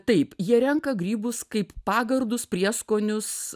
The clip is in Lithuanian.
taip jie renka grybus kaip pagardus prieskonius